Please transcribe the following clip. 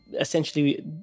essentially